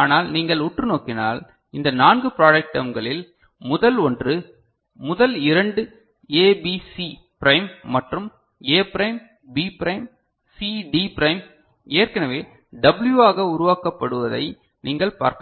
ஆனால் நீங்கள் உற்று நோக்கினால் இந்த நான்கு ப்ராடெக்ட் டெர்ம்களில் முதல் ஒன்று முதல் இரண்டு ஏபிசி பிரைம் மற்றும் A prime B prime C D prime ஏற்கனவே W ஆக உருவாக்கப்படுவதை நீங்கள் பார்க்கலாம்